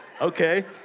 Okay